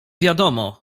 wiadomo